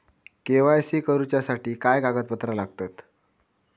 KYC करूच्यासाठी काय कागदपत्रा लागतत?